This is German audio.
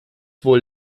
wohl